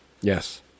Yes